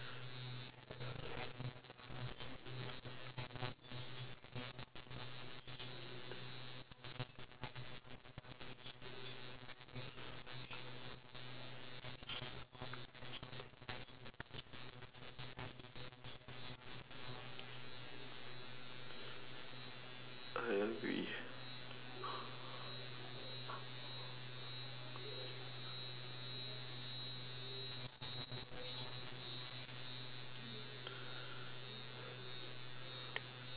I agree